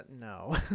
no